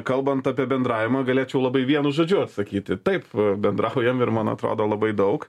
kalbant apie bendravimą galėčiau labai vienu žodžiu atsakyti taip bendraujam ir man atrodo labai daug